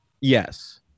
Yes